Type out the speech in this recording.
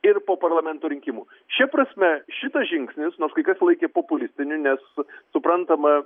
ir po parlamento rinkimų šia prasme šitas žingsnis nors kai kas laikė populistiniu nes suprantama